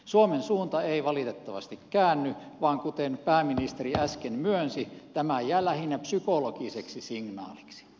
suomen suunta ei valitettavasti käänny vaan kuten pääministeri äsken myönsi tämä jää lähinnä psykologiseksi signaaliksi